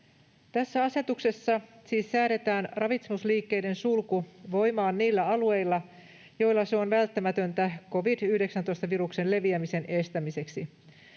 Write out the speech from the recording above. Tässä asetuksessa siis säädetään ravitsemusliikkeiden sulku voimaan niillä alueilla, joilla se on välttämätöntä covid-19-viruksen leviämisen estämiseksi.